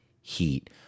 heat